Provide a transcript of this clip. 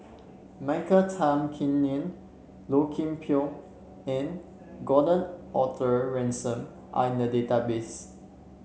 Michael Tan Kim Nei Low Kim Pong and Gordon Arthur Ransome are in the database